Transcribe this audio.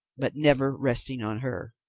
but never resting on her.